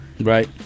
Right